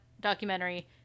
documentary